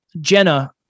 Jenna